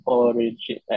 origin